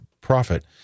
profit